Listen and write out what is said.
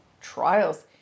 Trials